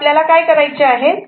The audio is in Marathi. आता आपल्याला काय करायचे आहे